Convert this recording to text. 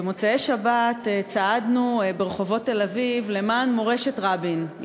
במוצאי-שבת צעדנו ברחובות תל-אביב למען מורשת רבין,